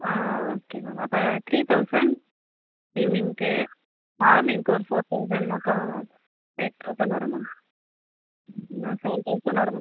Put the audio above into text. ஆ okay ma'am அப்போ three thousand ஈவ்னிங்க்கு மார்னிங்க்கு ஒரு ஃபோர் தௌசண்ட் மொத்தம் எய்ட் தௌசண்ட் வரும் மேம் செவன் தௌசண்ட் வரும் மேம்